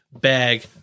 bag